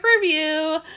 review